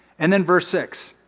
and then verse six.